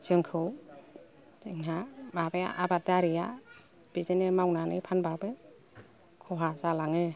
जोंखौ जोंहा माबाया आबादारिआ बिदिनो मावनानै फानबाबो खहा जालाङो